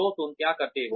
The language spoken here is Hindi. तो तुम क्या करते हो